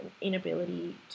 inability